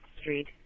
Street